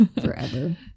forever